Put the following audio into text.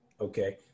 Okay